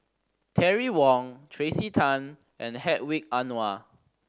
Terry Wong Tracey Tan and Hedwig Anuar